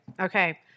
Okay